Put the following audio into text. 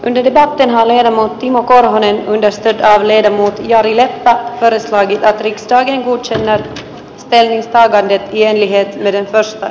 menevät hänelle timo korhonen westerdahlin ja jättää edes välitä itsestään selvä tehtävä vie pieni että miten tästä